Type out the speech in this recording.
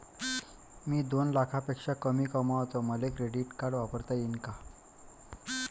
मी दोन लाखापेक्षा कमी कमावतो, मले क्रेडिट कार्ड वापरता येईन का?